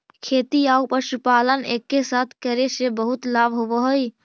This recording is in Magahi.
खेती आउ पशुपालन एके साथे करे से बहुत लाभ होब हई